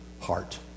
heart